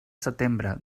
setembre